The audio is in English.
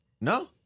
No